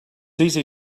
easy